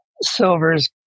Silver's